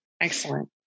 Excellent